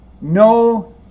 no